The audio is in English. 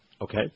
Okay